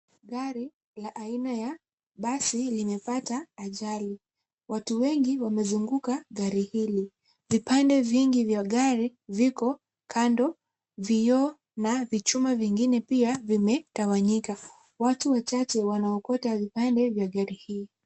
Gari la aina ya basi limepata ajali. Watu wengi wamezunguka gari hili. Vipande vingi vya gari viko kando, vioo na vichuma vingine pia vimetawanyika. Watu wachache wanaokota vipande vya gari hii.